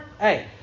hey